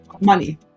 money